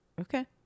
Okay